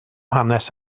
hanes